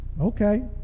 okay